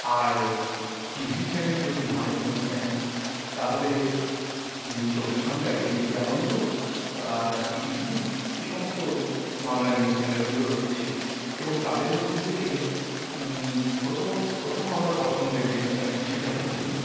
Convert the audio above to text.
আর T V channel যদি হয় news channel তাহলে Zee Chobbish Ghanta A B P Ananda E T V এই সমস্ত বাংলা নিউজ চ্যানেলগুলো রয়েছে এবং তাদের মধ্যে থেকে প্রথমত প্রথম আমার পছন্দের যেটা চ্যানেল সেটা হচ্ছে